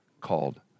called